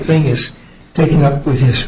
thing is taking up with his